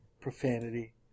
profanity